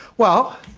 well,